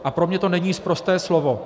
A pro mě to není sprosté slovo.